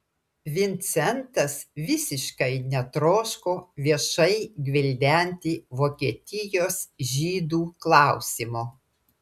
vincentas visiškai netroško viešai gvildenti vokietijos žydų klausimo